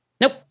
Nope